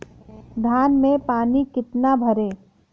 धान में पानी कितना भरें?